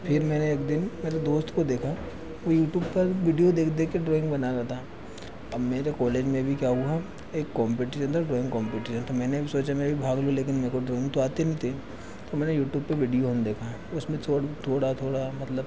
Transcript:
फिर मैंने एक दिन मेरे दोस्त को देखा वह युट्युब पर विडिओ देख देखकर ड्रोइंग बना रहा था अब मेरे कोलेज में भी क्या हुआ एक कोम्पटीअन था ड्रोइंग कोम्पटीअन तो मैंने भी सोचा कि मैं भी भाग लूँ लेकिन मेरे को ड्रोइंग तो आती नहीं थी तो मैंने यूट्यूब पर विडिओ में देखा उसमें जो थोड़ा थोड़ा मतलब